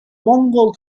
mongol